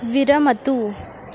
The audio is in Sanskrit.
विरमतु